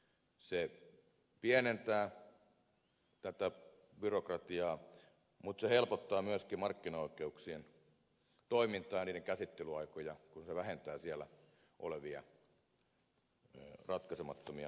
se pienentää tätä byrokratiaa mutta se helpottaa myöskin markkinaoikeuksien toimintaa ja käsittelyaikoja kun se vähentää siellä olevia ratkaisemattomia tilanteita